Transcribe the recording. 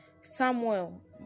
samuel